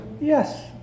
Yes